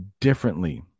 differently